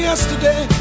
Yesterday